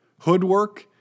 Hoodwork